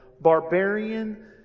barbarian